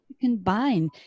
combine